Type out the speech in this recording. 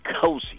Cozy